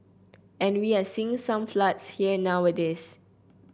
and we are seeing some floods here nowadays